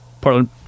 Portland